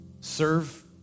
serve